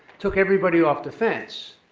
took everybody off the fence.